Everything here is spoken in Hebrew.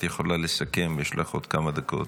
את יכולה לסכם, יש לך עוד כמה דקות.